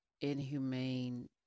inhumane